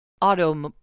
auto